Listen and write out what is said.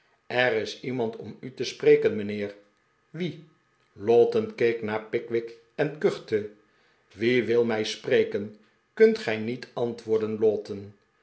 er is iemand om u te spreken mijnheer wie lowten keek naar pickwick en kuchte wie wil mij spreken kunt gij niet antwoo'rden